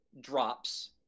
drops